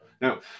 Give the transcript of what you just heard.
Now